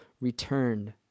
returned